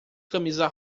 camisa